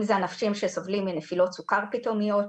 אם זה אנשים שסובלים מנפילות סוכר פתאומיות,